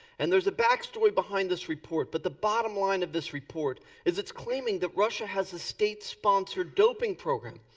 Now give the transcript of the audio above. and there's a backstory behind this report but the bottom line of this report is it's claiming that russia has a state sponsored doping program.